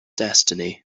destiny